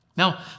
Now